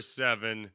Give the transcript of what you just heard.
seven